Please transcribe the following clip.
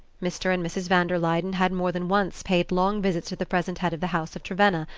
mr. and mrs. van der luyden had more than once paid long visits to the present head of the house of trevenna,